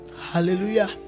Hallelujah